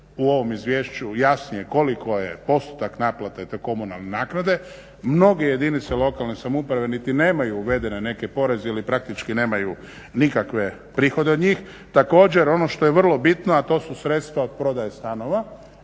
u ovom izvješću jasnije koliko je postotak naplate te komunalne naknade. Mnoge jedinice lokalne samouprave niti nemaju uvedene neke poreze ili nemaju nikakve prihode od njih. Također ono što je vrlo bitno, a to su sredstva od prodaje stanova,